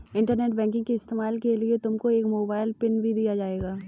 internet banking के इस्तेमाल के लिए तुमको एक मोबाइल पिन भी दिया जाएगा